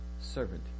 servant